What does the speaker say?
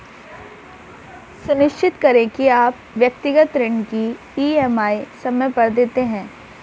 सुनिश्चित करें की आप व्यक्तिगत ऋण की ई.एम.आई समय पर देते हैं